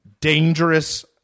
dangerous